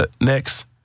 next